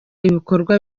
ibikorwa